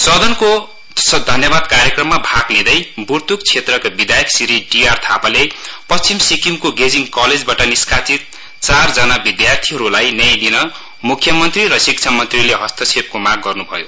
सदनको धन्यवाद कार्यक्रममा भाग लिंदै बुर्तुक क्षेत्रका विधायक श्री डीआर थापाले पश्चिम सिक्किमको गेजिङ कलेजबाट निष्कासित चारजना विद्यार्थीहरुलाई न्याय दिन म्ख्यमन्त्री र शिक्षामन्त्रीले हस्तक्षेपको माग गर्न्भयो